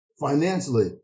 financially